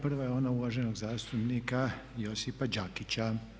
Prava je ona uvaženog zastupnika Josipa Đakića.